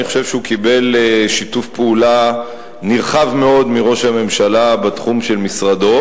אני חושב שהוא קיבל שיתוף פעולה נרחב מאוד מראש הממשלה בתחום משרדו.